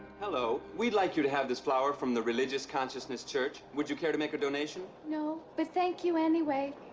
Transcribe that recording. hello. we'd like you to have this flower from the religious consciousness church. would you care to make a donation? no, but thank you, anyway.